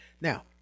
Now